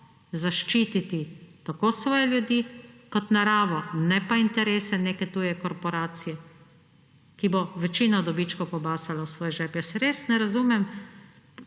zaščititi tako svoje ljudi kot naravo, ne pa interese neke tuje korporacije, ki bo večina dobičkov pobasala v svoj žep! Res ne razumem,